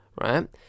right